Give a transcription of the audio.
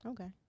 Okay